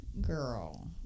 Girl